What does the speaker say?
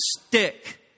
stick